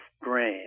grain